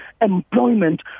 employment